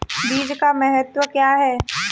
बीज का महत्व क्या है?